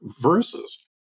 Versus